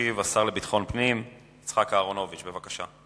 ישיב השר לביטחון פנים יצחק אהרונוביץ, בבקשה.